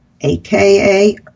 aka